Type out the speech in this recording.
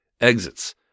exits